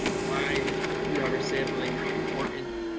why pre-harvest sampling is important.